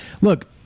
look